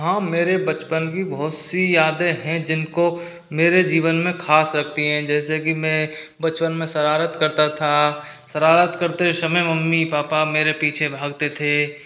हाँ मेरे बचपन की बहुत सी यादें हैं जिनको मेरे जीवन में ख़ास लगती है जैसे की मैं बचपन में शरारत करता था शरारत करते समय मम्मी पापा मेरे पीछे भागते थे